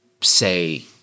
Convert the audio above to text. say